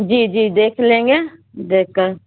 جی جی دیکھ لیں گے دیکھ کر